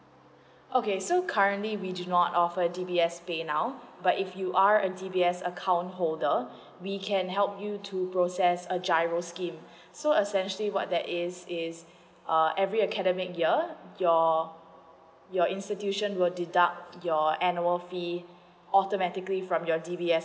okay so currently we do not offer D_B_S pay now but if you r an D_B_S account holder we can help you to process a G_I_R_O scheme so essentially what that is is uh every academic your your institution will deduct your annual fee alternatively from your D_B_S